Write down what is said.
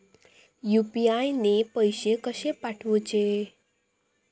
UPI ने पैशे कशे पाठवूचे?